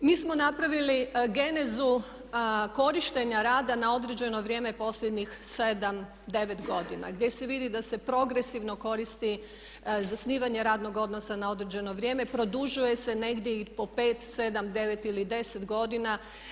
Mi smo napravili genezu korištenja rada na određeno vrijeme posljednjih 7, 9 godina gdje se vidi da se progresivno koristi zasnivanje radnog odnosa na određeno vrijeme, produžuje se negdje i po 5, 7 , 9 ili 10 godina.